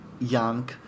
young